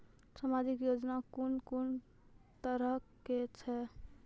समाजिक योजना कून कून तरहक छै?